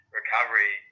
recovery